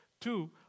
Two